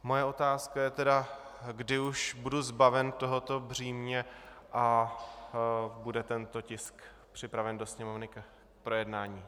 Moje otázka je tedy, kdy už budu zbaven tohoto břímě a bude tento tisk připraven do Sněmovny k projednání.